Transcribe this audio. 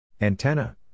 Antenna